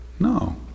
No